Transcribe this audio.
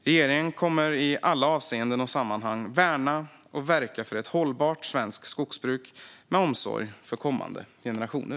Regeringen kommer i alla avseenden och sammanhang att värna och verka för ett hållbart svenskt skogsbruk, med omsorg för kommande generationer.